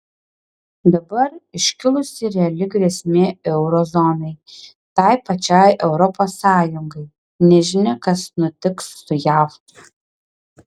dabar iškilusi reali grėsmė euro zonai tai pačiai europos sąjungai nežinia kas nutiks su jav